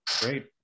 Great